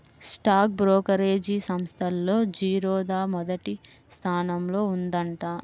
stock brokerage సంస్థల్లో జిరోదా మొదటి స్థానంలో ఉందంట